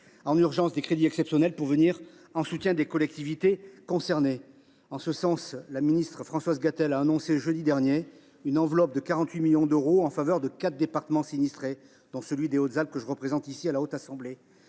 en urgence des crédits exceptionnels pour venir en soutien des collectivités concernées. La ministre Françoise Gatel a ainsi annoncé jeudi dernier une enveloppe de 48 millions d’euros en faveur de quatre départements sinistrés, dont celui des Hautes Alpes, que je représente à la Haute Assemblée.